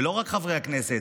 ולא רק חברי הכנסת,